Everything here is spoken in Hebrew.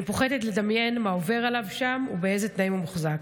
אני פוחדת לדמיין מה עובר עליו שם ובאיזה תנאים הוא מוחזק.